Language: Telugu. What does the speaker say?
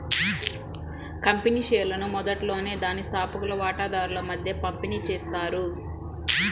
కంపెనీ షేర్లను మొదట్లోనే దాని స్థాపకులు వాటాదారుల మధ్య పంపిణీ చేస్తారు